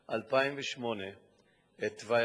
2008 את תוואי הגדר.